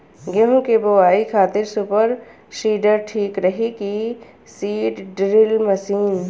गेहूँ की बोआई खातिर सुपर सीडर ठीक रही की सीड ड्रिल मशीन?